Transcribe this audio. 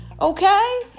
Okay